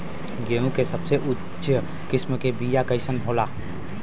गेहूँ के सबसे उच्च किस्म के बीया कैसन होला?